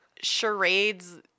charades